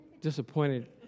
disappointed